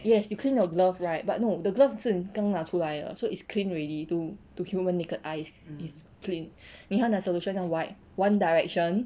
yes you clean your glove right but no the glove 是你刚拿出来的 so is clean already to to human naked eyes is clean 你还要拿 solution 这样 wipe one direction